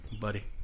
Buddy